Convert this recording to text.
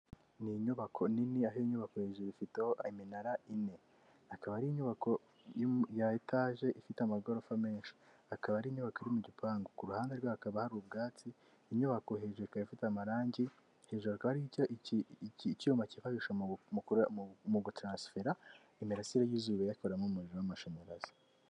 Ni inyubako nini, aho inyubako hejuru ifiteho iminara ine, ikaba ari inyubako ya etaje ifite amagorofa menshi, akaba ari inyubako iri mu gipangu, ku ruhande rwayo hakaba hari ubwatsi, inyubako hejuru ikaba ifite amarangi, hejuru hakaba hari icyuma kifashijwa mu guturansifera imirasire y'izuba iyakoramo umuriro w'amashanyarazi.